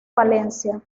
valencia